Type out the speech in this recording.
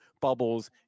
bubbles